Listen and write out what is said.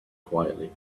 quietly